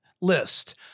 list